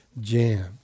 jam